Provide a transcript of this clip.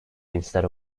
instead